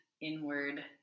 inward